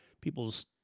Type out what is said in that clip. people's